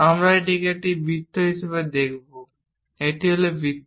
আমরা এটিকে এখানে বৃত্ত হিসাবে দেখব এটি হল বৃত্ত